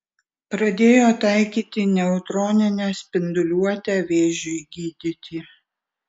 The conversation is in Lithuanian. pradėjo taikyti neutroninę spinduliuotę vėžiui gydyti